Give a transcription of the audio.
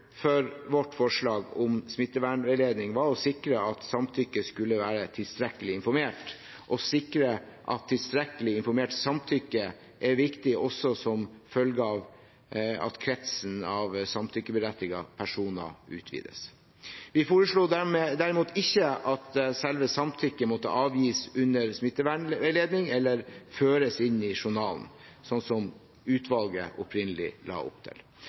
for vårt forslag om smittevernveiledning var å sikre at samtykker skulle være tilstrekkelig informert. Det å sikre tilstrekkelig informert samtykke er viktig også som følge av at kretsen av samtykkeberettigede personer utvides. Vi foreslo derimot ikke at selve samtykket måtte avgis under smittevernveiledning eller føres inn i journalen, slik utvalget opprinnelig la opp til.